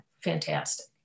fantastic